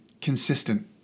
consistent